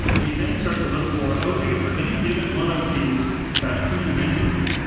we then start to look for, okay, for any given one of these key dimensions,